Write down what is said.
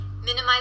minimize